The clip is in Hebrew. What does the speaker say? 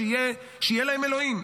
שיהיה להם אלוהים.